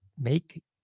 make